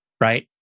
right